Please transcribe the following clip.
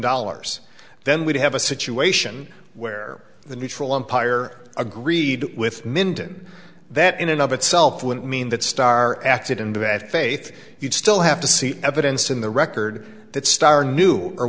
dollars then we'd have a situation where the neutral umpire agreed with minton that in and of itself wouldn't mean that star acted in bad faith you'd still have to see evidence in the record that starr knew